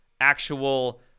actual